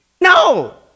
No